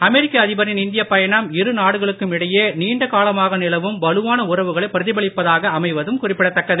அமெரிக்க அதிபரின் இந்தியப் பயணம் இருநாடுகளுக்கும் இடையே நீண்ட காலமாக நிலவும் வலுவான உறவுகளை பிரதிபலிப்பதாக அமைவதும் குறிப்பிடத்தக்கது